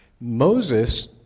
Moses